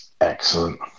Excellent